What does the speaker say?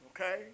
okay